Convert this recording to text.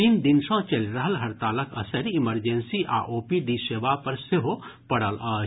तीन दिन सँ चलि रहल हड़तालक असरि इमरजेंसी आ ओपीडी सेवा पर सेहो पडल अछि